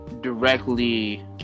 directly